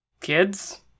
Kids